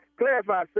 clarify